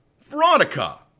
Veronica